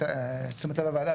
לתשומת לב הוועדה,